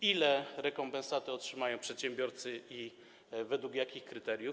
Ile rekompensaty otrzymają przedsiębiorcy i według jakich kryteriów?